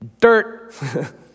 Dirt